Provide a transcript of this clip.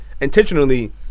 intentionally